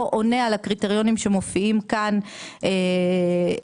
עונה על הקריטריונים שמופיעים כאן -- צביקה,